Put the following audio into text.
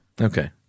Okay